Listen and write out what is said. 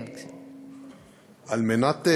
כן, בבקשה.